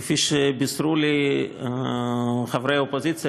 כפי שבישרו לי חברי האופוזיציה,